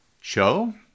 show